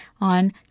on